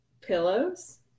pillows